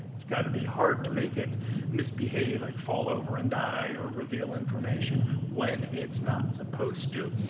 it's gotta be hard to make it misbehave like fall over and die or reveal information when it's not supposed to.